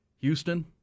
Houston